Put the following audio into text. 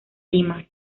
lima